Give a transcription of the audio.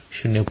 1 0